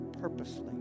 purposely